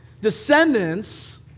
Descendants